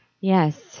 Yes